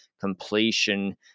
completion